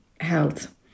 health